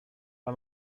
war